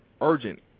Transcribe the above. urgent